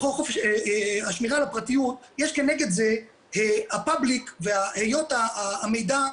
אתה אומר השמירה על הפרטיות יש כנגד זה הפאבליק והיות המידע זמין.